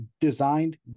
designed